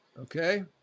Okay